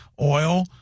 oil